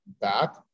back